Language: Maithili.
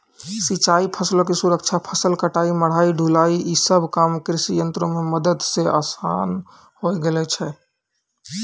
सिंचाई, फसलो के सुरक्षा, फसल कटाई, मढ़ाई, ढुलाई इ सभ काम कृषियंत्रो के मदत से असान होय गेलो छै